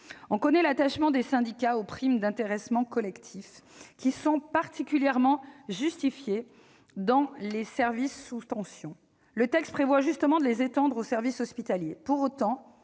On connaît l'attachement des syndicats aux primes d'intéressement collectif, qui sont particulièrement justifiées dans des services sous tension. Le projet de loi prévoit justement de les étendre aux services hospitaliers. Pour autant,